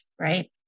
right